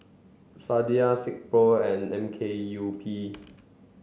Sadia Silkpro and M K U P